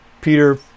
Peter